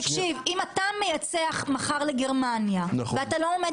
אם אתה מייצא מחר לגרמניה ואתה לא עומד